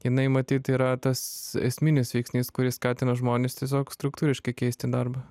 jinai matyt yra tas esminis veiksnys kuris skatina žmones tiesiog struktūriškai keisti darbą